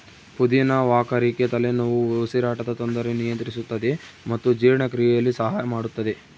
ಪುದಿನ ವಾಕರಿಕೆ ತಲೆನೋವು ಉಸಿರಾಟದ ತೊಂದರೆ ನಿಯಂತ್ರಿಸುತ್ತದೆ ಮತ್ತು ಜೀರ್ಣಕ್ರಿಯೆಯಲ್ಲಿ ಸಹಾಯ ಮಾಡುತ್ತದೆ